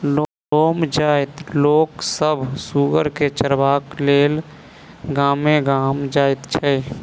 डोम जाइतक लोक सभ सुगर के चरयबाक लेल गामे गाम जाइत छै